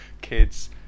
kids